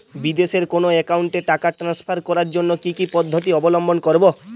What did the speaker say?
বিদেশের কোনো অ্যাকাউন্টে টাকা ট্রান্সফার করার জন্য কী কী পদ্ধতি অবলম্বন করব?